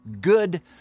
good